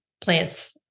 plants